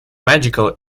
magical